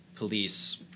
Police